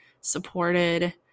supported